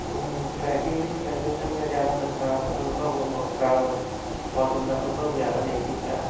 trekking ਵਿੱਚ ਵੈਸੇ ਤਾਂ ਮੈਂ ਜ਼ਿਆਦਾਤਰ ਖਾਸ ਮ ਅਨੁਭਵ ਖਰਾਬ ਮੌਸਮ ਦਾ ਅਨੁਭਵ ਜ਼ਿਆਦਾ ਨਹੀਂ ਕੀਤਾ